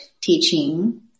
teaching